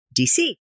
DC